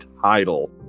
title